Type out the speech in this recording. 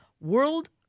World